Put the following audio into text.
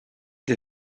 des